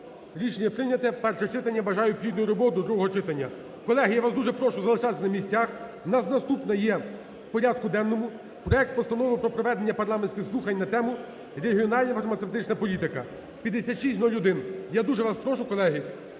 рішення прийнято перше читання. Бажаю плідної роботи до другого читання. Колеги, я вас дуже прошу залишатися на місцях у нас наступне є в порядку денному проект Постанови про проведення парламентських слухань на тему: "Раціональна фармацевтична політика…" (5601). Я дуже вас прошу, колеги,